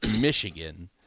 Michigan